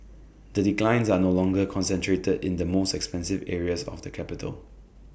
the declines are no longer concentrated in the most expensive areas of the capital